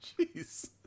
Jeez